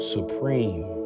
Supreme